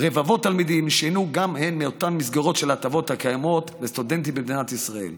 של כלל הענפים